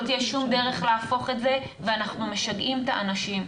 תהיה שום דרך להפוך את זה ואנחנו משגעים את האנשים.